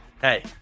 hey